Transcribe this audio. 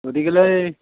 গতিকেলৈ